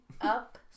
up